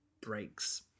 breaks